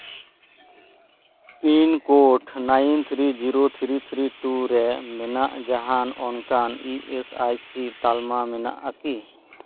pin code nine three zero three three two ᱨᱮ ᱢᱮᱱᱟᱜ ᱡᱟᱦᱟᱱ ᱚᱱᱠᱟᱱ ᱤ ᱮᱥ ᱟᱭ ᱥᱤ ᱛᱟᱞᱢᱟ ᱢᱮᱱᱟᱜᱼᱟ ᱠᱤ